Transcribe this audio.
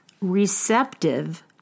receptive